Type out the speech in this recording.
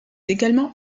également